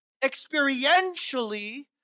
experientially